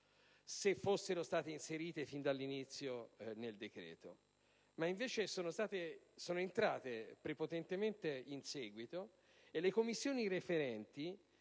se fosse stata inserita fin dall'inizio nel decreto. Tali norme sono però entrate prepotentemente in seguito e le Commissioni in